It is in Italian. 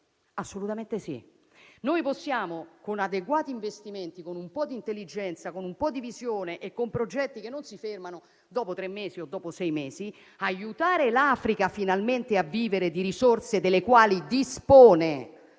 Assolutamente sì. Possiamo, con adeguati investimenti, con un po' di intelligenza, con un po' di visione e con progetti che non si fermano dopo tre o sei mesi, aiutare finalmente l'Africa a vivere delle risorse delle quali dispone,